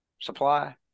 supply